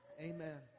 amen